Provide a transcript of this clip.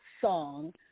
song